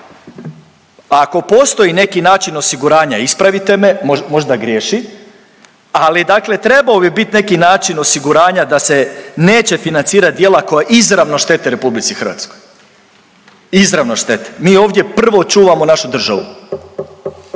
ako postoji neki način osiguranja, ispravite me možda griješim ali dakle trebao bi bit neki način osiguranja da se neće financirat dijela koja izravno štete RH. Izravno štete. Mi ovdje prvo čuvamo našu državu.